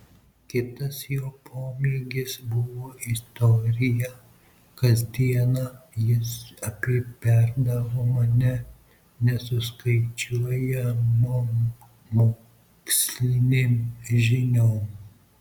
kitas jo pomėgis buvo istorija kasdieną jis apiberdavo mane nesuskaičiuojamom mokslinėm žiniom